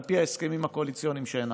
על פי ההסכמים הקואליציוניים שהנחתם?